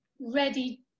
ready